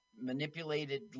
manipulated